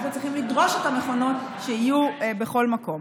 אנחנו צריכים לדרוש שהמכונות יהיו בכל מקום.